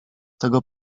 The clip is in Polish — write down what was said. tego